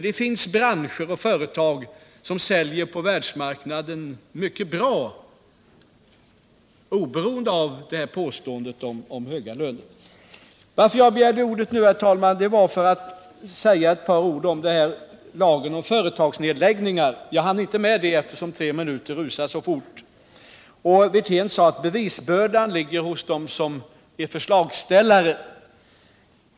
Det finns branscher och företag som säljer mycket bra på världsmarknaden oberoende av de påstått höga lönerna. Jag begärde ordet nu för att säga ett par ord om lagen om företagsnedläggningar; jag hann inte med det förra gången, eftersom tre minuter rusar i väg så fort. Rolf Wirtén sade att bevisbördan ligger hos förslagsställarna.